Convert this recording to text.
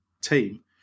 team